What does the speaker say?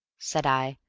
said i,